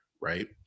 right